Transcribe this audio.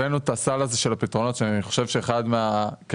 הבאנו את הסל הזה של הפתרונות שאני חושב שאחד מהכלים